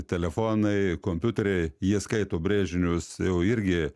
telefonai kompiuteriai jis skaito brėžinius jau irgi